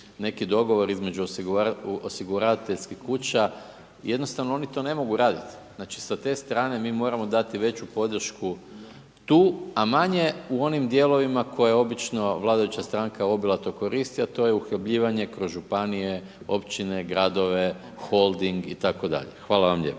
neki dogovor između osiguravateljskih kuća, jednostavno oni to ne mogu raditi. Znači sa te strane mi moramo dati veću podršku tu a manje u onim dijelovima koje obično vladajuća stranka obilato koristi a to je uhljebljivanje kroz županije, općine, gradove, Holding itd. Hvala vam lijepa.